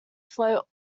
float